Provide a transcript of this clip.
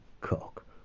Cock